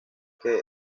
que